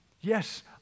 Yes